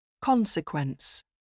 Consequence